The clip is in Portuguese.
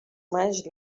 mais